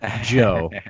Joe